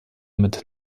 mit